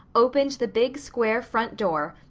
opened the big, square front door,